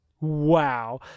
Wow